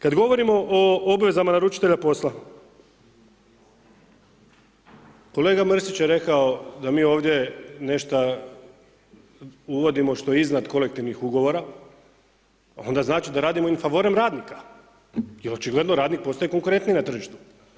Kada govorimo o obvezama naručitelja posla, kolega Mrsić je rekao da mi ovdje nešto uvodimo što je iznad kolektivnih ugovora, pa onda znači da radimo in favorem radnika jer očigledno radnik postaje konkurentan na tržištu.